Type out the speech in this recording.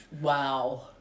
Wow